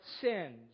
sins